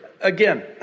Again